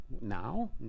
now